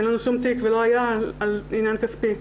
אין לנו שום תיק ולא היה על עניין כספי.